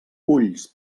ulls